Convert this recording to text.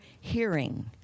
hearing